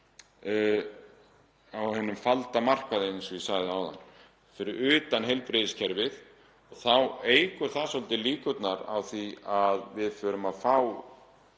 á hinum falda markaði eins og ég sagði áðan, fyrir utan heilbrigðiskerfið. Það eykur svolítið líkurnar á því að við förum að fá